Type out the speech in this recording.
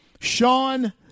Sean